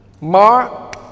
Mark